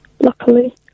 Luckily